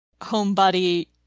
homebody